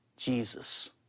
Jesus